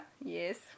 yes